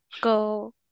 go